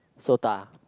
SOTA